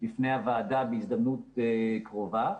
לפני הוועדה בהזדמנות קרובה,